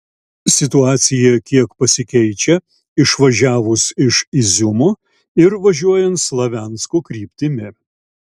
situacija kiek pasikeičia išvažiavus iš iziumo ir važiuojant slaviansko kryptimi